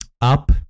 up